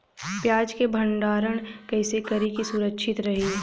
प्याज के भंडारण कइसे करी की सुरक्षित रही?